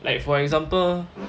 like for example